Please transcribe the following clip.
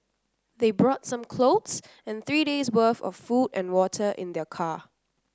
they brought some clothes and three days' worth of food and water in their car